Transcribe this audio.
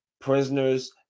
prisoners